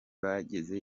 bageze